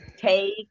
take